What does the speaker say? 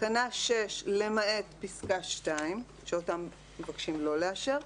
תקנה 6 למעט פסקה (2) שאותה מבקשים לא לאשר,